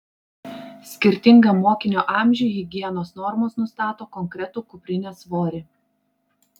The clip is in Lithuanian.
skirtingam mokinio amžiui higienos normos nustato konkretų kuprinės svorį